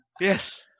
Yes